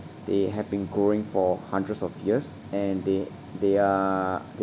they have been growing for hundreds of years and they they are